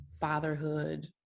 fatherhood